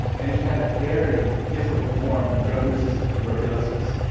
and he had a very difficult form of drug-resistant tuberculosis.